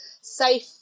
safe